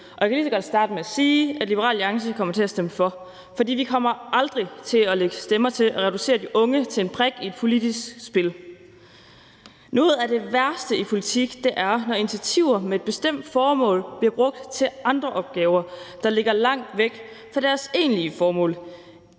og jeg kan lige så godt starte med at sige, at Liberal Alliance ikke kommer til at stemme for, for vi kommer aldrig til at lægge stemmer til at reducere de unge til en brik i et politisk spil. Noget af det værste i politik er, når initiativer med et bestemt formål bliver brugt til andre opgaver, der ligger langt væk fra deres egentlige formål.